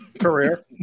career